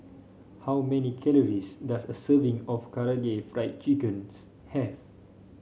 how many calories does a serving of Karaage Fried Chicken's have